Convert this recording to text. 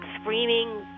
screaming